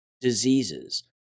diseases